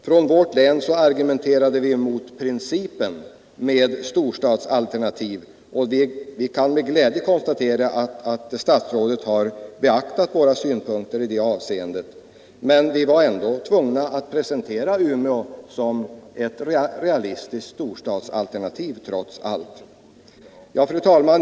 Från vårt län argumenterade vi mot principen med storstadsalternativ, och vi kan med glädje konstatera att statsrådet har beaktat våra synpunkter i det avseendet. Men vi var trots allt tvungna att presentera Umeå som ett realistiskt storstadsalternativ. Fredagen den Fru talman!